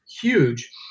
huge